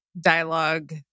dialogue